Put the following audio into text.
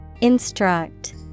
Instruct